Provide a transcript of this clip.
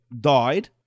died